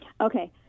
Okay